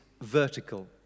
vertical